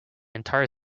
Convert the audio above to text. entire